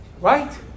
right